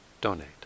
donate